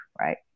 right